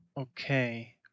okay